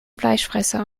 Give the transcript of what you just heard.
fleischfresser